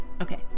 Okay